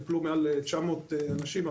טופלו מעל 900 אנשים.